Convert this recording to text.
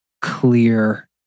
clear